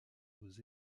aux